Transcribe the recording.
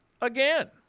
again